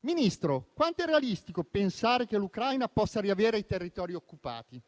Ministro, quanto è realistico pensare che l'Ucraina possa riavere i territori occupati,